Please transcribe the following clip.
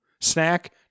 Snack